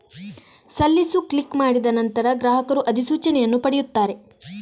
ಸಲ್ಲಿಸು ಕ್ಲಿಕ್ ಮಾಡಿದ ನಂತರ, ಗ್ರಾಹಕರು ಅಧಿಸೂಚನೆಯನ್ನು ಪಡೆಯುತ್ತಾರೆ